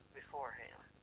beforehand